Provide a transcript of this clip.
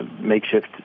makeshift